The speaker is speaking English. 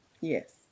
Yes